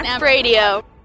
radio